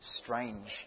strange